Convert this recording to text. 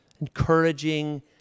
encouraging